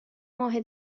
ماه